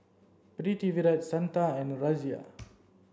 Pritiviraj Santha and Razia